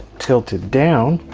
tilted down,